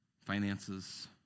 Finances